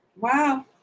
wow